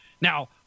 Now